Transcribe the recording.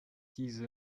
diese